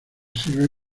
sirve